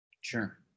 Sure